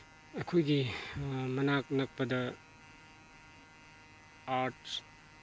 ꯑꯩꯈꯣꯏꯒꯤ ꯃꯅꯥꯛ ꯅꯛꯄꯗ ꯑꯥꯔꯠꯁ